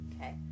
okay